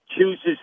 chooses